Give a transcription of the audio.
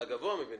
הגבוה מביניהם.